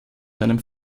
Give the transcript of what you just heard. seinem